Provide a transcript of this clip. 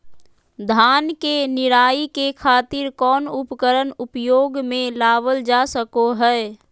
धान के निराई के खातिर कौन उपकरण उपयोग मे लावल जा सको हय?